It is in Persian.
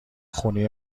خونی